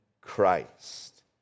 Christ